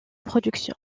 production